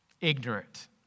ignorant